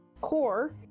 core